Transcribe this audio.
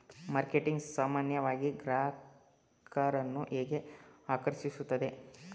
Marketing ಸಾಮಾನ್ಯವಾಗಿ ಗ್ರಾಹಕರನ್ನು ಹೇಗೆ ಆಕರ್ಷಿಸುತ್ತದೆ?